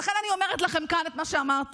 ולכן אני אומרת לכם כאן את מה שאמרתי.